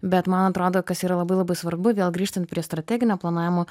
bet man atrodo kas yra labai labai svarbu vėl grįžtant prie strateginio planavimo